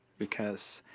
because.